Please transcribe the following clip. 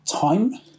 time